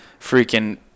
freaking